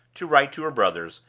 to write to her brothers,